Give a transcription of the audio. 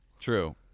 True